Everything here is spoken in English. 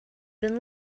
been